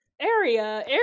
area